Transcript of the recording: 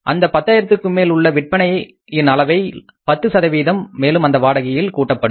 எனவே அந்த பத்தாயிரத்துக்கும் மேல் உள்ள விற்பனையின் அளவில் 10 மேலும் அந்த வாடகையில் கூட்டப்படும்